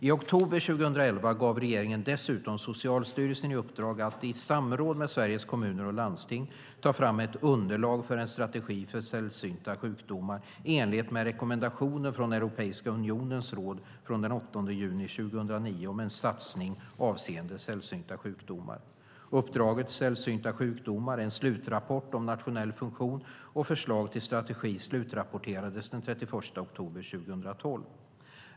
I oktober 2011 gav regeringen dessutom Socialstyrelsen i uppdrag att, i samråd med Sveriges Kommuner och Landsting, ta fram ett underlag för en strategi för sällsynta sjukdomar, i enlighet med rekommendationen från Europeiska unionens råd från den 8 juni 2009 om en satsning avseende sällsynta sjukdomar. Uppdraget slutrapporterades den 31 oktober 2012 i Sällsynta sjukdomar - En slutrapport om nationell funktion och förslag till strategi .